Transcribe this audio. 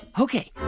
ok